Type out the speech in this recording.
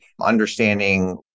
understanding